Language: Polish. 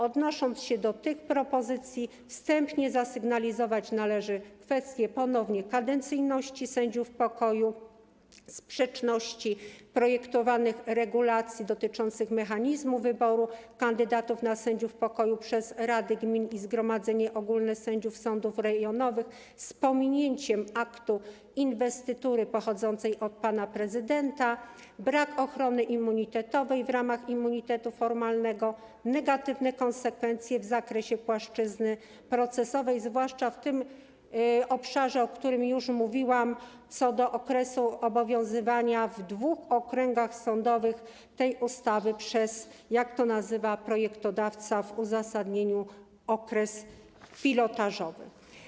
Odnosząc się do tych propozycji, wstępnie należy zasygnalizować ponownie kwestię kadencyjności sędziów pokoju, sprzeczności projektowanych regulacji dotyczących mechanizmu wyboru kandydatów na sędziów pokoju przez rady gmin i zgromadzenie ogólne sędziów sądów rejonowych, z pominięciem aktu inwestytury pochodzącej od pana prezydenta, brak ochrony immunitetowej w ramach immunitetu formalnego, negatywne konsekwencje w zakresie płaszczyzny procesowej, zwłaszcza w tym obszarze, o którym już mówiłam, co do okresu obowiązywania w dwóch okręgach sądowych tej ustawy przez, jak to nazywa projektodawca w uzasadnieniu, okres pilotażowy.